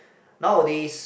nowadays